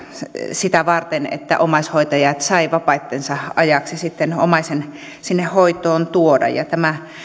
sitä varten että omaishoitajat saivat vapaittensa ajaksi omaisen sinne hoitoon tuoda